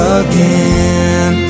again